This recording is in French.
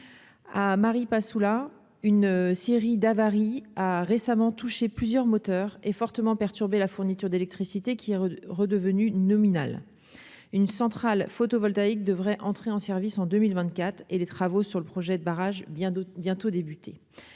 à Maripasoula une série d'avaries, a récemment touché plusieurs moteurs est fortement perturbé la fourniture d'électricité qui est redevenu nominal une centrale photovoltaïque devrait entrer en service en 2024 et les travaux sur le projet de barrage bien d'autres